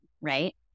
right